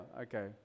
okay